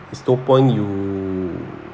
it's no point you